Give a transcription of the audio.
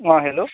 অঁ হেল্ল'